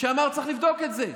שאמר: צריך לבדוק את זה,